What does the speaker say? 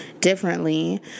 differently